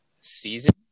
season